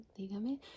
dígame